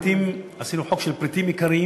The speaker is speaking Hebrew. פריטים, עשינו חוק של פריטים עיקריים,